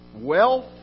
wealth